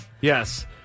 Yes